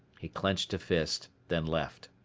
he clenched a fist, then left.